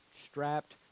strapped